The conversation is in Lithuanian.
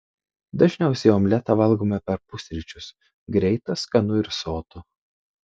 dažniausiai omletą valgome per pusryčius greita skanu ir sotu